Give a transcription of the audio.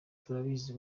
turabizi